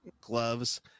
gloves